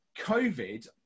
COVID